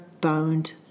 bound